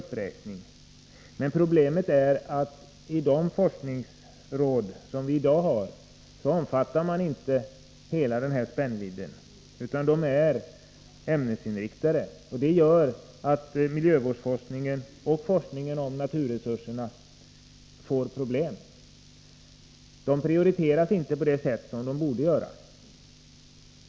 Problemet är att de forskningsråd som vi i dag har inte fullt ut har denna spännvidd utan är ämnesinriktade. Det gör att miljövårdsforskningen och forskningen om naturresurserna får svårigheter. Denna forskning prioriteras inte på det sätt som borde ske.